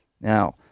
Now